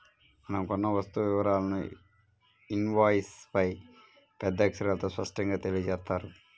మనం కొన్న వస్తువు వివరాలను ఇన్వాయిస్పై పెద్ద అక్షరాలతో స్పష్టంగా తెలియజేత్తారు